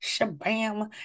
shabam